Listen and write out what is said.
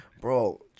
bro